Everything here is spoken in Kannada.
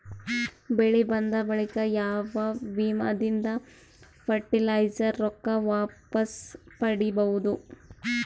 ಬೆಳಿ ಬಂದ ಬಳಿಕ ಯಾವ ವಿಮಾ ದಿಂದ ಫರಟಿಲೈಜರ ರೊಕ್ಕ ವಾಪಸ್ ಪಡಿಬಹುದು?